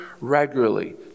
regularly